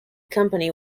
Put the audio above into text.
company